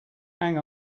hang